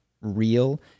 real